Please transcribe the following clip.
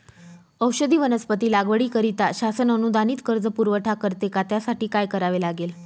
औषधी वनस्पती लागवडीकरिता शासन अनुदानित कर्ज पुरवठा करते का? त्यासाठी काय करावे लागेल?